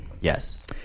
Yes